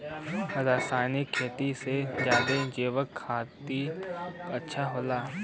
रासायनिक खेती से ज्यादा जैविक खेती अच्छा होला